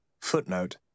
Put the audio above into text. Footnote